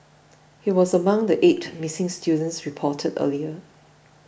he was among the eight missing students reported earlier